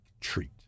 treat